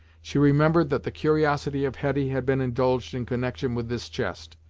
she remembered that the curiosity of hetty had been indulged in connection with this chest,